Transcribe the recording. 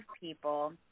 people